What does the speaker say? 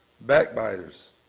Backbiters